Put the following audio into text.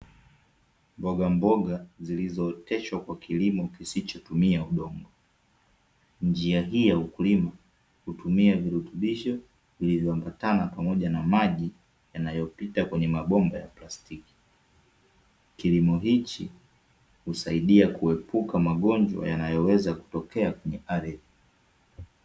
Mbogamboga zilizooteshwa kwa kilimo kisichotumia udongo. Njia hiyo ya ukulima hutumie virutubisho vilivyoambatana pamoja na maji yanayopita kwenye mabomba ya plastiki. Kilimo hichi kusaidia kuepuka magonjwa yanayoweza kutokea kwenye ardhi.